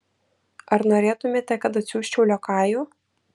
ar norėtumėte kad atsiųsčiau liokajų